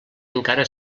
encara